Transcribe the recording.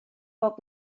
bob